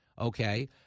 okay